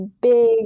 big